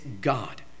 God